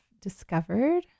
discovered